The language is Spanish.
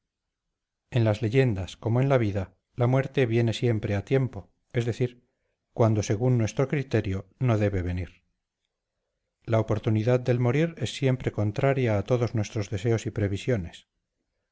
en las leyendas como en la vida la muerte viene siempre a tiempo es decir cuando según nuestro criterio no debe venir la oportunidad del morir es siempre contraria a todos nuestros deseos y previsiones